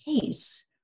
case